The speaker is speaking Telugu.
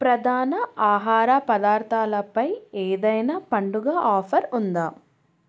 ప్రధాన ఆహార పదార్థాలపై ఏదైనా పండుగ ఆఫర్ ఉందా